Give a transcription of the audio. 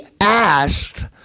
asked